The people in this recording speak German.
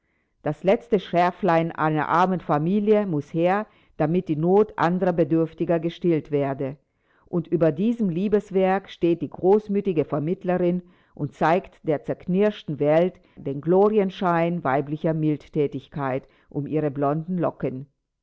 das letzte scherflein einer armen familie muß her damit die not anderer bedürftiger gestillt werde und über diesem liebeswerk steht die großmütige vermittlerin und zeigt der zerknirschten welt den glorienschein weiblicher mildthätigkeit um ihre blonden locken